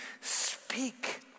speak